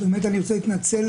אני רוצה להתנצל,